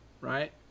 right